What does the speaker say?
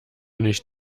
nicht